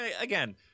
Again